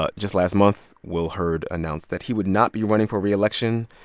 ah just last month, will hurd announced that he would not be running for reelection,